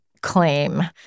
claim